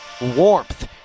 warmth